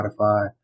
Spotify